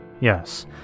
Yes